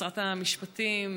שרת המשפטים,